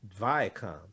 Viacom